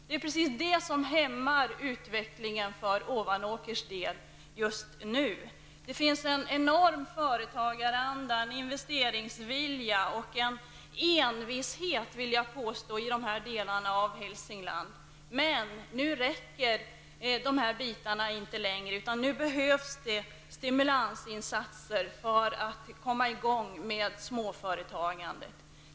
Det är detta som just nu hämmar utvecklingen för Ovanåkers del. Det finns en enorm företagaranda, investeringsvilja och envishet i dessa delar av Hälsingland. Men nu räcker detta inte längre, utan nu behövs det stimulansåtgärder för att komma i gång med småföretagandet.